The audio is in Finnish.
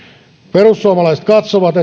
perussuomalaiset katsovat